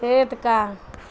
ایکٹکا